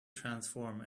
transform